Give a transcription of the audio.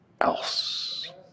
else